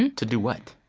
and to do what?